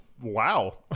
wow